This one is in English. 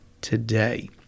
today